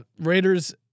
Raiders